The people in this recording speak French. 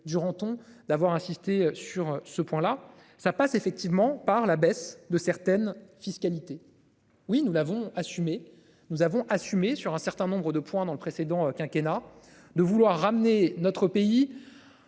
Duranton d'avoir insisté sur ce point là ça passe effectivement par la baisse de certaines fiscalité oui nous l'avons assumé. Nous avons assumé sur un certain nombre de points dans le précédent quinquennat de vouloir ramener notre pays.